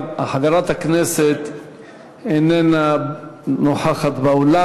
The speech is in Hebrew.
חברת הכנסת איננה נוכחת באולם.